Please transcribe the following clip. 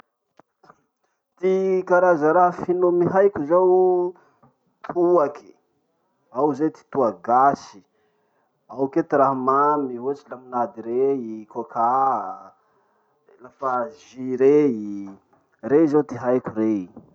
Ty karaza raha finomy haiko zao: toaky, ao zay ty toaky gasy, ao kea ty raha mamy ohatsy lamonady rey, coca, lafa jus rey. Rey zao ty haiko rey.